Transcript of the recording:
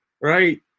Right